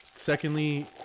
Secondly